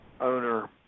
owner